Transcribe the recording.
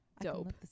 Dope